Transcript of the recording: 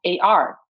AR